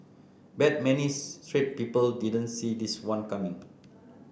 bet many straight people didn't see this one coming